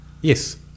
Yes